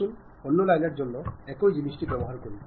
আসুন অন্য লাইনের জন্য একই জিনিসটি ব্যবহার করি